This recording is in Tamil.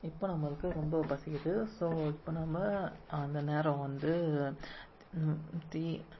இப்போ நம்மளுக்கு ரொம்ப பசிக்குது ஸோ இப்போ நம்ம அந்த நேரம் வந்து தீ